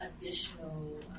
additional